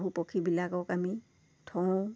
পহু পক্ষীবিলাকক আমি থওঁ